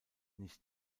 nicht